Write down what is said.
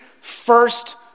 first